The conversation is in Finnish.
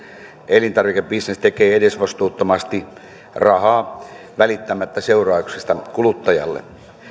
elintarvikebisnes tekee edesvastuuttomasti rahaa välittämättä seurauksista kuluttajalle